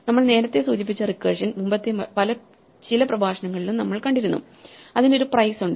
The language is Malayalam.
നമ്മൾ നേരത്തെ സൂചിപ്പിച്ച റിക്കർഷൻ മുമ്പത്തെ ചില പ്രഭാഷണങ്ങളിലും നമ്മൾ കണ്ടിരുന്നുഅതിനു ഒരു പ്രൈസ് ഉണ്ട്